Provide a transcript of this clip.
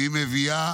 והיא מביאה